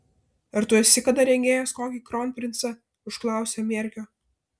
ar tu esi kada regėjęs kokį kronprincą užklausė mierkio